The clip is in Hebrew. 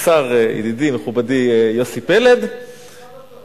השר, ידידי מכובדי יוסי פלד, זה נשמע לא טוב.